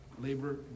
labor